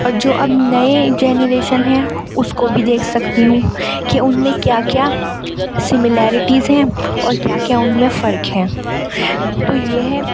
اور جو اب نئے جنریشن ہیں اس کو بھی دیکھ سکتی ہوں کہ ان میں کیا کیا سمیلیرٹیز ہیں اور کیا کیا ان میں فرق ہیں تو یہ ہے